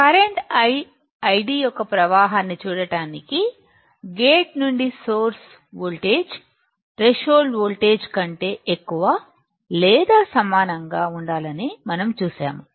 current I యొక్క ప్రవాహాన్ని చూడటానికి గేట్ నుండి సోర్స్ వోల్టేజ్జ్ థ్రెషోల్డ్ వోల్టేజ్ కంటే ఎక్కువ లేదా సమానంగా ఉండాలని మనం చూశాము